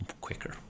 quicker